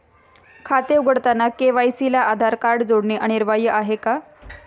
खाते उघडताना के.वाय.सी ला आधार कार्ड जोडणे अनिवार्य आहे का?